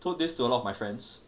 told this to a lot of my friends